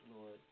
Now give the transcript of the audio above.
Lord